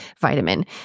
vitamin